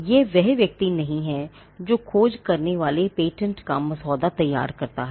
यह वह व्यक्ति नहीं है जो खोज करने वाले पेटेंट का मसौदा तैयार करता है